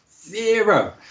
zero